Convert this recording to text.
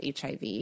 HIV